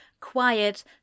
Quiet